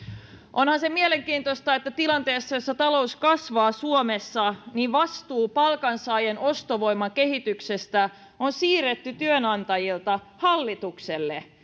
onhan se mielenkiintoista että tilanteessa jossa talous kasvaa suomessa vastuu palkansaajien ostovoiman kehityksestä on siirretty työnantajilta hallitukselle